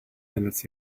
minutes